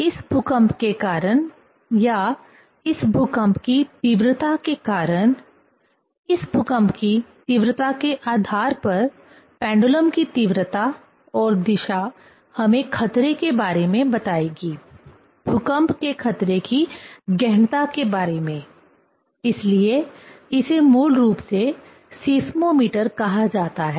इस भूकंप के कारण या इस भूकंप की तीव्रता के कारण इस भूकंप की तीव्रता के आधार पर पेंडुलम की तीव्रता और दिशा हमें खतरे के बारे में बताएगी भूकंप के खतरे की गहनता के बारे में इसलिए इसे मूल रूप से सिस्मोमीटर कहा जाता है